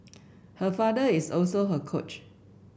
her father is also her coach